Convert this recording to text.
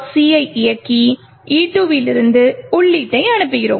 c ஐ இயக்கி e2 இலிருந்து உள்ளீட்டை அனுப்புகிறோம்